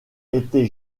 était